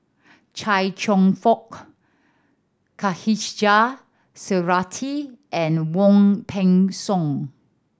Chia Cheong Fook Khatijah Surattee and Wong Peng Soon